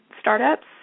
startups